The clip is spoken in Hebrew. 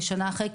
כשנה אחרי,